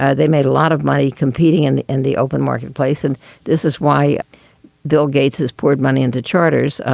ah they made a lot of money competing in the in the open marketplace. and this is why bill gates has poured money into charters,